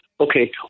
okay